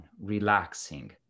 relaxing